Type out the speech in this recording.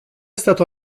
stato